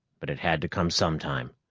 but it had to come sometime.